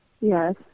Yes